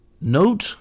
note